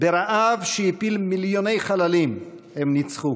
ברעב שהפיל מיליוני חללים, הם ניצחו.